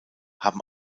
haben